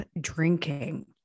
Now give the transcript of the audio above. drinking